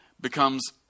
becomes